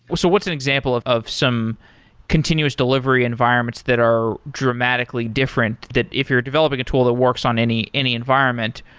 so what's an example of of some continuous delivery environments that are dramatically different that if you're developing a tool that works on any any environment,